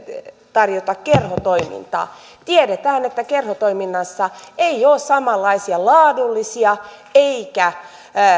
tarjota kerhotoimintaa tiedetään että kerhotoiminnassa ei ole samanlaisia laadullisia eikä